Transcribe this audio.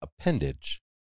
appendage